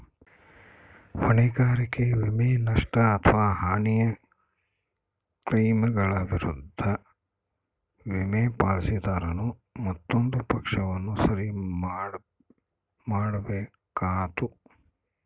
ಹೊಣೆಗಾರಿಕೆ ವಿಮೆ, ನಷ್ಟ ಅಥವಾ ಹಾನಿಯ ಕ್ಲೈಮ್ಗಳ ವಿರುದ್ಧ ವಿಮೆ, ಪಾಲಿಸಿದಾರನು ಮತ್ತೊಂದು ಪಕ್ಷವನ್ನು ಸರಿ ಮಾಡ್ಬೇಕಾತ್ತು